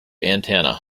antenna